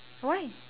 why